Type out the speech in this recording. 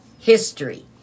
History